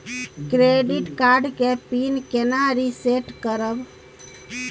Debit card के PIN केना reset करब?